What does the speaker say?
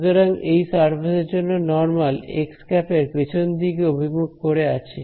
সুতরাং এই সারফেস এর জন্য নরমাল xˆ এর পিছন দিকে অভিমুখ করে আছে